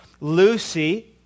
Lucy